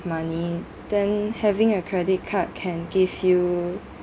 money then having a credit card can give you